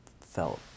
felt